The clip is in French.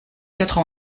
quatre